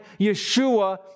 Yeshua